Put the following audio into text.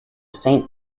saint